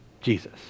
Jesus